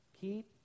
keep